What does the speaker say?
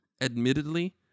admittedly